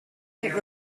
hit